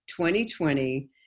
2020